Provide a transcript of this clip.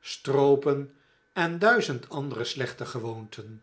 stroopen en duizend andere slechte gewoonten